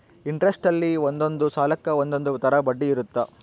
interest ಅಲ್ಲಿ ಒಂದೊಂದ್ ಸಾಲಕ್ಕ ಒಂದೊಂದ್ ತರ ಬಡ್ಡಿ ಇರುತ್ತ